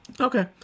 okay